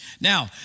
Now